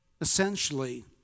essentially